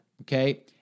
Okay